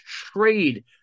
trade